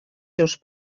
seus